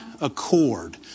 accord